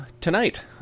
tonight